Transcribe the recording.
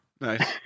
Nice